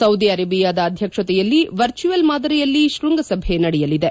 Saudi ಅರೇಬಿಯಾದ ಅಧ್ಯಕ್ಷತೆಯಲ್ಲಿ virtual ಮಾದರಿಯಲ್ಲಿ ಕೃಂಗಸಭೆ ನಡೆಯಲಿದೆ